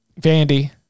Vandy